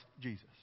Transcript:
Jesus